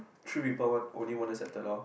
three people want only one accepted loh